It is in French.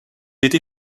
été